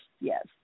yes